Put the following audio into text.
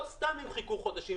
לא סתם הם חיכו חודשים,